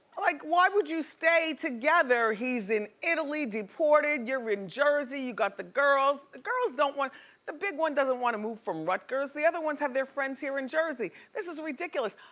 like why would you stay together. he's in italy deported, you're in jersey. you got the girls, the girls don't want the big one doesn't wanna move from rutgers. the other ones have their friends here in jersey. this is ridiculous,